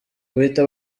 guhita